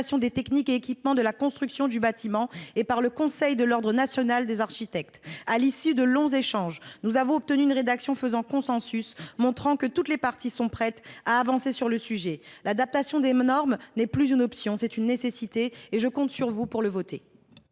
des techniques et équipements de la construction du bâtiment et par le Conseil national de l’ordre des architectes. À l’issue de longs échanges, nous avons abouti à une rédaction faisant consensus, preuve que toutes les parties sont prêtes à avancer sur le sujet. L’adaptation des normes n’est plus une option, c’est une nécessité. Quel est l’avis de la